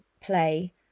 play